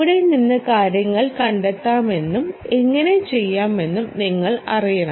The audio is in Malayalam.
എവിടെ നിന്ന് കാര്യങ്ങൾ കണ്ടെത്താമെന്നും എങ്ങനെ ചെയ്യാമെന്നും നിങ്ങൾ അറിയണം